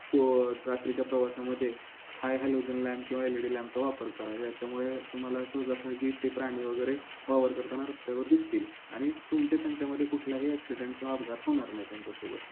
फो रात्रीच्या प्रवासामध्ये हाय हॅलोजन लॅम्प किंवा एल ई डी लॅम्पचा वापर करा याच्यामुळे तुम्हाला सहजासहजी ते प्राणी वगैरे वावर करताना रस्त्यावर दिसतील आणि तुमचे त्यांच्यामध्ये कुठलाही ॲक्सिडेंट किंवा अपघात होणार नाही त्यांच्यासोबत